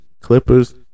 Clippers